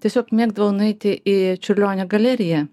tiesiog mėgdavau nueiti į čiurlionio galeriją